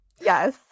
Yes